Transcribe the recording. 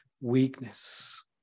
weakness